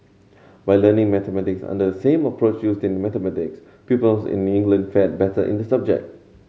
by learning mathematics under same approach used in mathematics peoples in England fared better in the subject